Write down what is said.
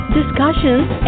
discussions